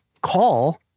call